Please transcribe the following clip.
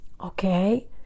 Okay